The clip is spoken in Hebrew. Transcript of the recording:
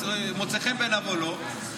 מוצא חן בעיניו או לא,